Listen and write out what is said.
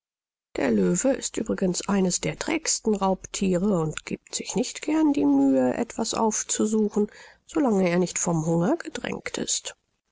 der löwe ist übrigens eines der trägsten raubthiere und giebt sich nicht gern die mühe etwas aufzusuchen so lange er nicht vom hunger gedrängt ist